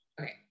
okay